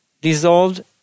dissolved